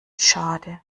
schade